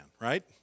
right